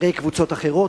ראה קבוצות אחרות,